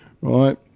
right